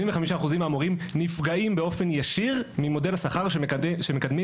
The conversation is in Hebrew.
75% מן המורים נפגעים באופן ישיר ממודל השכר שמקדמים